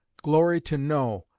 glory to know,